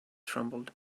trembled